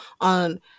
on